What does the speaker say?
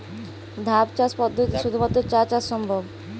ধাপ চাষ পদ্ধতিতে শুধুমাত্র চা চাষ সম্ভব?